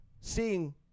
seeing